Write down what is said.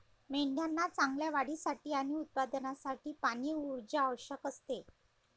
मेंढ्यांना चांगल्या वाढीसाठी आणि उत्पादनासाठी पाणी, ऊर्जा आवश्यक असते